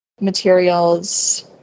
materials